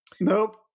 Nope